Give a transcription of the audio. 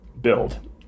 build